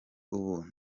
ubu